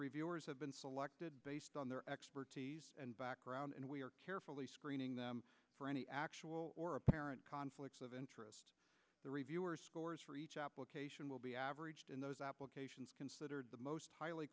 reviewers have been selected based on their expertise and background and we are carefully screening them for any actual or apparent conflicts of interest the reviewer scores for each application will be averaged in those applications considered the most highly